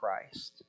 Christ